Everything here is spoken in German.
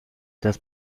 das